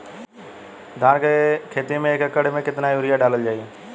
धान के खेती में एक एकड़ में केतना यूरिया डालल जाई?